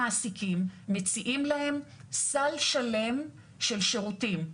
למעסיקים, מציעים להם סל שלם של שירותים.